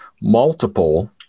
multiple